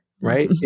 right